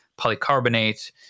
polycarbonate